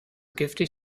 giftig